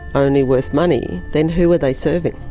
only worth money, then who are they serving?